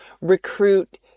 recruit